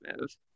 move